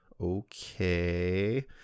okay